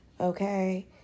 Okay